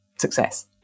success